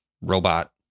robot